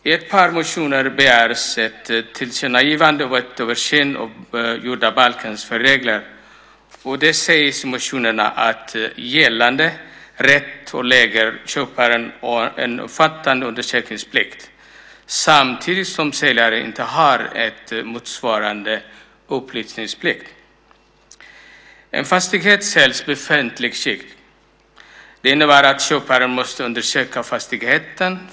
I ett par motioner begärs ett tillkännagivande av en översyn av jordabalkens felregler, och det sägs i motionerna att gällande rätt ålägger köparen en omfattande undersökningsplikt samtidigt som säljaren inte har en motsvarande upplysningsplikt. En fastighet säljs i befintligt skick. Det innebär att köparen måste undersöka fastigheten.